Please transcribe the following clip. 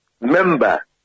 member